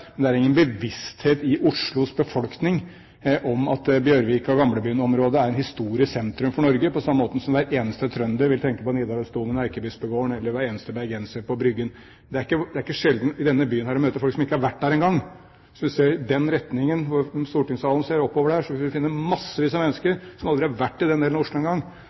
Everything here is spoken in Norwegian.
Men det er ingen bevissthet i Oslos befolkning om at Bjørvika- og Gamlebyen-området er et historisk sentrum for Norge, på samme måte som hver eneste trønder vil tenke på Nidarosdomen og Erkebispegården og hver eneste bergenser vil tenke på Bryggen. Det er ikke sjelden å møte folk i denne byen som ikke har vært der engang! Hvis du ser i den retningen , ser oppover der, vil du finne massevis av mennesker som aldri har vært i den delen av Oslo engang.